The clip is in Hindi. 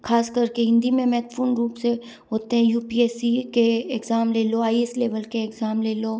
खास करके हिंदी में महत्वपूर्ण रूप से होते हैं यू पी एस सी के एग्जाम ले लो आई एस लेवल के एग्जाम ले लो